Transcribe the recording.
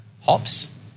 hops